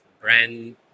brand